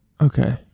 okay